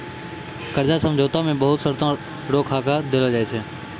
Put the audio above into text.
कर्जा समझौता मे बहुत शर्तो रो खाका देलो जाय छै